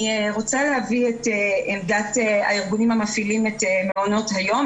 אני רוצה להביא את עמדת הארגונים המפעילים את מעונות היום,